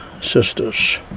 sisters